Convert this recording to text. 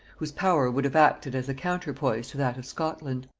whose power would have acted as a counterpoise to that of scotland.